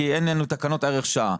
כי אין לנו תקנות ערך שעה.